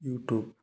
YouTube